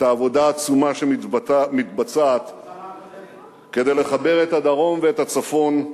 את העבודה העצומה שמתבצעת כדי לחבר את הדרום ואת הצפון,